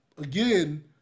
again